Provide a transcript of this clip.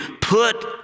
put